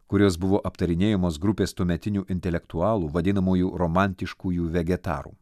kuris buvo aptarinėjamos grupės tuometinių intelektualų vadinamųjų romantiškųjų vegetarų